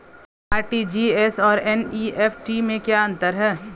RTGS और NEFT में क्या अंतर है?